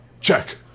Check